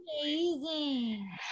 Amazing